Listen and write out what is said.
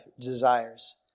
desires